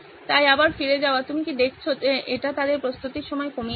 তাই আবার ফিরে যাওয়া তুমি কি দেখছো যে এটি তাদের প্রস্তুতির সময় কমিয়ে দিচ্ছে